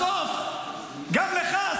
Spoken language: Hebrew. בסוף גם לך,